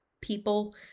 people